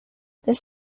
this